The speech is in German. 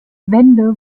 wände